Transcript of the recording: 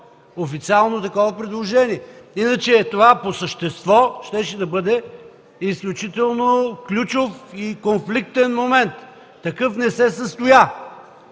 официално такова предложение. Иначе това по същество щеше да бъде изключително ключов и конфликтен момент. Такъв не се състоя